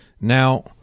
Now